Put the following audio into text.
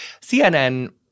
CNN—